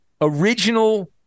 original